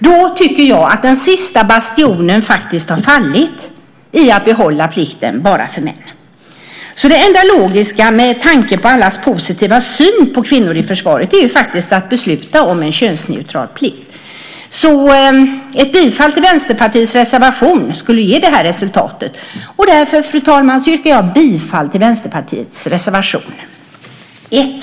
Då tycker jag att den sista bastionen i att behålla plikten bara för män har fallit. Det enda logiska med tanke på allas positiva syn på kvinnor i försvaret är faktiskt att besluta om en könsneutral plikt. Ett bifall till Vänsterpartiets reservation skulle ge det resultatet. Därför yrkar jag bifall till Vänsterpartiets reservation 1.